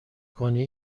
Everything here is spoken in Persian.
کنی